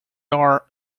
are